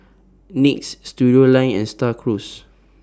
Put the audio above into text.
NYX Studioline and STAR Cruise